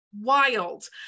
wild